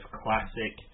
classic